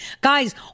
Guys